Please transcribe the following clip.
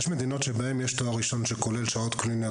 יש מדינות שבהן יש תואר ראשון שכולל שעות קליניות